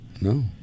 No